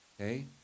Okay